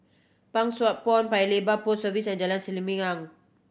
Pang Sua Pond Paya Lebar Post Office and Jalan Selimang